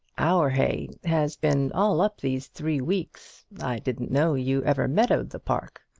our hay has been all up these three weeks. i didn't know you ever meadowed the park.